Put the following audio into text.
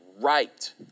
right